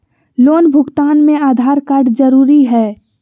Loan भुगतान में Aadhaar card जरूरी है?